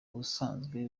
ubusanzwe